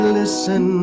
listen